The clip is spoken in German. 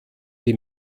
die